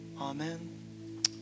Amen